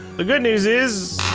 the good news is.